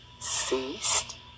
ceased